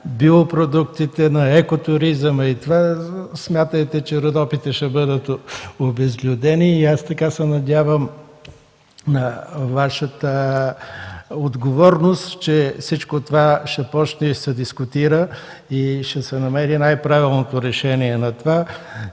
на биопродукти, на екотуризъм, смятайте, че Родопите ще бъдат обезлюдени. Аз се надявам на Вашата отговорност, че всичко това ще започне да се дискутира и ще се намери най-правилното решение. И пак